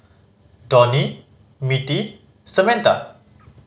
Donie Mittie Samantha